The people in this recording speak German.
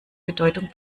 bedeutung